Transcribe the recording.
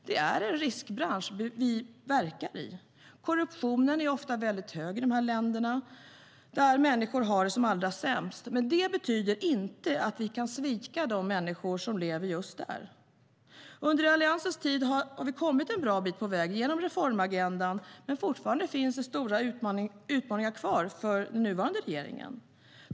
Det är en riskbransch vi verkar i. Korruptionen är ofta hög i de länder där människor har det som allra sämst, men det betyder inte att vi kan svika de människor som lever just där. Under Alliansens tid har vi kommit en bra bit på väg genom reformagendan, men fortfarande finns det stora utmaningar för den nuvarande regeringen.